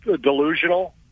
delusional